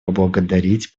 поблагодарить